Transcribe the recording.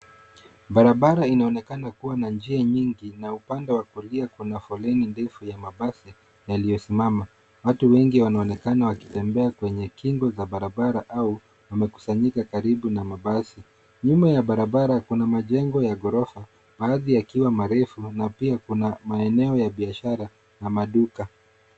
Barabara inaonekana kuwa na njia nyingi na upande wa kulia kuna foleni ndefu ya mabasi yaliyosimama. Watu wengi wanaonekana wakitembea kwenye kingo za barabara au wamekusanyika karibu na mabasi. Nyuma ya barabara kuna majengo ya ghorofa baadhi yakiwa marefu na pia kuna maeneo ya biashara na maduka.